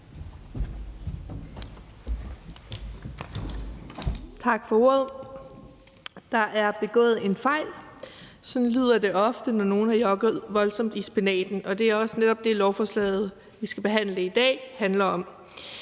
Tak for ordet. Der er begået en fejl. Sådan lyder det ofte, når nogen har jokket voldsomt i spinaten, og det er også netop det, som lovforslaget, vi skal behandle i dag, handler om.